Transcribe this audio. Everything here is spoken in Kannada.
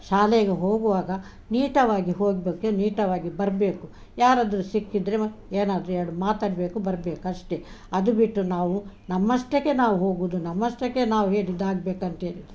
ಶಾಲೆಗೆ ಹೋಗುವಾಗ ನೀಟವಾಗಿ ಹೋಗ್ಬೇಕು ನೀಟವಾಗಿ ಬರಬೇಕು ಯಾರಾದರೂ ಸಿಕ್ಕಿದರೆ ಮ ಏನಾದರೂ ಎರಡು ಮಾತಾಡಬೇಕು ಬರಬೇಕು ಅಷ್ಟೆ ಅದು ಬಿಟ್ಟು ನಾವು ನಮ್ಮಷ್ಟಕ್ಕೆ ನಾವು ಹೋಗುದು ನಮ್ಮಷ್ಟಕ್ಕೆ ನಾವು ಹೇಳಿದಾಗ್ಬೇಕಂತೇಳಿದ್ದು